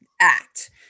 act